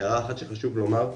הערה אחת שחשוב לומר,